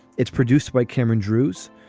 it's produced by cameron drewes.